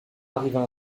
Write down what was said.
arrivent